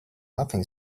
nothing